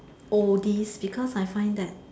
oldies because I find that